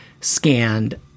scanned